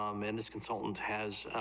um and as consultants has,